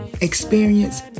experience